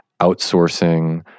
outsourcing